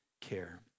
care